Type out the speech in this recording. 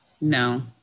No